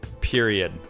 period